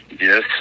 Yes